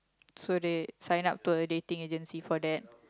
so they sign up to a dating agency for that